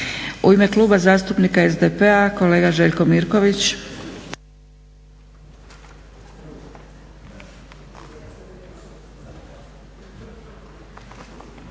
U ime Kluba zastupnika SDP-a kolega Željko Mirković.